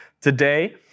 today